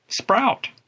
sprout